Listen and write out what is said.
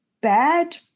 bad